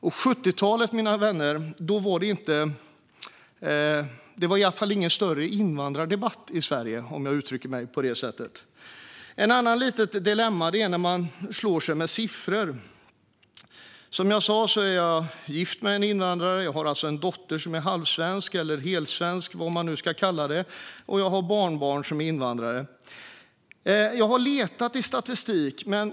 Och på 70-talet, mina vänner, var det i alla fall ingen större invandrardebatt i Sverige, om jag uttrycker mig på det sättet. Ett annat litet dilemma är att man slänger sig med siffror. Som jag sa är jag gift med en invandrare. Jag har alltså en dotter som är halvsvensk eller helsvensk - vad man nu ska kalla det - och jag har barnbarn som är invandrare. Jag har letat i statistiken.